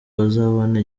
bazabona